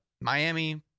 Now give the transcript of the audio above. Miami